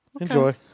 Enjoy